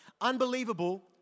Unbelievable